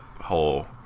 whole